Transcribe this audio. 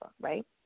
right